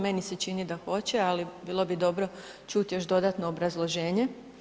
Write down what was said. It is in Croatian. Meni se čini da hoće, ali bilo bi dobro čuti još dodatno obrazloženje.